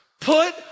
put